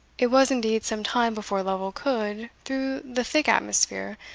it was indeed some time before lovel could, through the thick atmosphere,